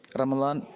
Ramalan